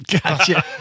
Gotcha